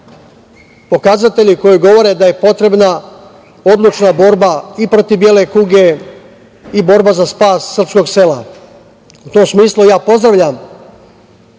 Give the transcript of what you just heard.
pokazatelji koji govore da je potrebna odlučna borba i protiv bele kuge i borba za spas srpskog sela. U tom smislu, ja pozdravljam